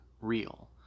real